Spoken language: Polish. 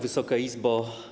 Wysoka Izbo!